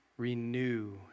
renew